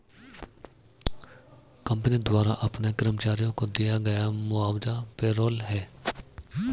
company द्वारा अपने कर्मचारियों को दिया गया मुआवजा पेरोल है